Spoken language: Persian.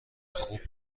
خوب